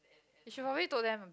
you should probably told them